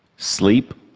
sleep,